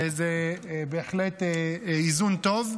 זה בהחלט איזון טוב.